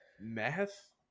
math